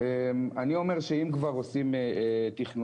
אני אומר שאם כבר עושים תכנון,